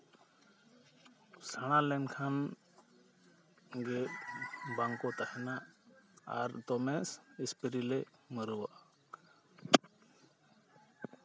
ᱥᱮᱬᱟ ᱞᱮᱱᱠᱷᱟᱱ ᱜᱮ ᱵᱟᱝᱠᱚ ᱛᱟᱦᱮᱱᱟ ᱟᱨ ᱫᱚᱢᱮ ᱥᱯᱨᱮᱹᱞᱮ ᱢᱟᱹᱨᱩᱣᱟᱜᱼᱟ